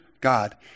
God